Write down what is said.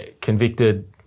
convicted